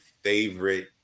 favorite